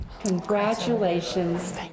Congratulations